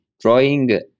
drawing